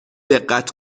دقت